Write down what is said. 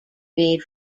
made